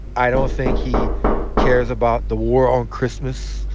i don't think he cares about the war on christmas,